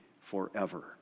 forever